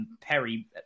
Perry